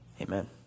Amen